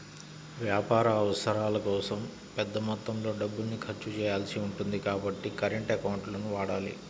వ్యాపార అవసరాల కోసం పెద్ద మొత్తంలో డబ్బుల్ని ఖర్చు చేయాల్సి ఉంటుంది కాబట్టి కరెంట్ అకౌంట్లను వాడాలి